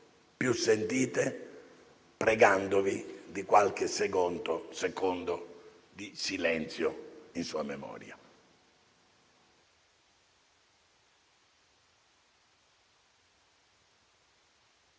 più sentite, pregandovi di osservare qualche secondo di silenzio in sua memoria.